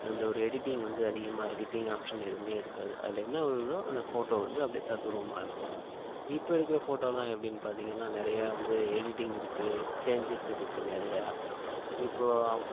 அந்த ஒரு எடிட்டிங் வந்து அதிகமாக எடிட்டிங் ஆப்ஷன் எதுவுமே இருக்காது அதில் என்ன விழுதோ அந்த ஃபோட்டோ வந்து அப்படியே தத்ரூபமா இருக்கும் இப்போ எடுக்கிற ஃபோட்டோலாம் எப்படின்னு பார்த்தீங்கன்னா நிறைய வந்து எடிட்டிங் இருக்குது சேஞ்சஸ் இருக்குது நிறையா இப்போது